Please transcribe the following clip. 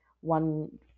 one